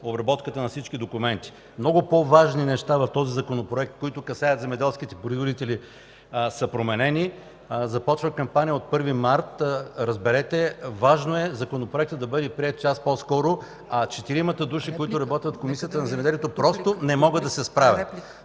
обработката на всички документи. Много по-важни неща в този законопроект, които касаят земеделските производители, са променени. Започва кампания от 1 март. Разберете, важно е Законопроектът да бъде приет час по-скоро, а четиримата души, които работят в Комисията по земеделие просто не могат да се справят,